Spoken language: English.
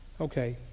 Okay